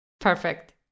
Perfect